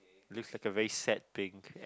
looks like a very sad pink